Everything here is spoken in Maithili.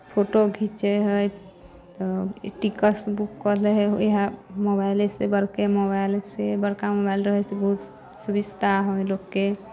फोटो घीचैत हइ तऽ ई टिकस बुक कऽ लैत हइ इएह मोबाइलेसँ बड़के मोबाइलसँ बड़का मोबाइल रहयसँ बहुत सुबिस्ता होइ लोककेँ